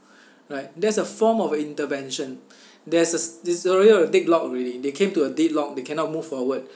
right that's a form of intervention there's a this korea were deadlock already they came to a deadlock they cannot move forward